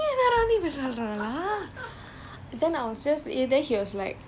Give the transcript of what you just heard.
this game ya that day when we were playing it ah I was damn triggered but by arav know